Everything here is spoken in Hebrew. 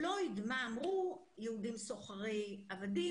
במקרה של פלויד, אמרו יהודים היו סוחרי עבדים,